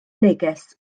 neges